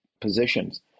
positions